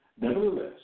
Nevertheless